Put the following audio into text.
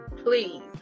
please